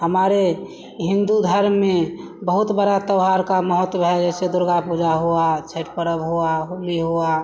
हमारे हिन्दू धर्म में बहुत बड़ा त्योहार का महत्व है जैसे दुर्गा पूजा हुई छठ पर्व हुआ होली हुई